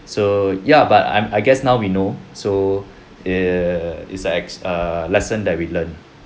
so ya but I'm I guess now we know so err it's a ex~ err lesson that we learned